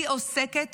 הממשלה עוסקת